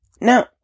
Now